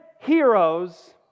heroes